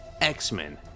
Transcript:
X-Men